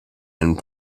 and